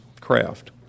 craft